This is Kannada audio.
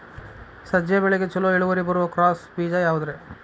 ಸಜ್ಜೆ ಬೆಳೆಗೆ ಛಲೋ ಇಳುವರಿ ಬರುವ ಕ್ರಾಸ್ ಬೇಜ ಯಾವುದ್ರಿ?